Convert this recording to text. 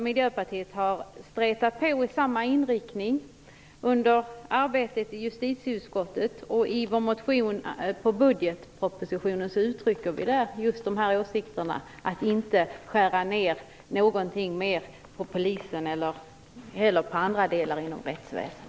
Miljöpartiet har stretat på med samma inriktning under arbetet i justitieutskottet, och i vår motion i samband med budgetpropositionen uttrycker vi just dessa åsikter om att man inte bör skära ned mera på polisen eller på andra delar inom rättsväsendet.